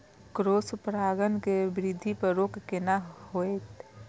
Cross परागण के वृद्धि पर रोक केना होयत?